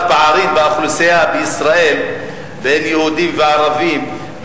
פערים באוכלוסייה בישראל בין יהודים וערבים,